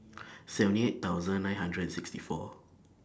seventy eight thousand nine hundred and sixty four